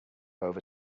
over